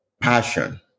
passion